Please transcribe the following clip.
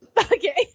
okay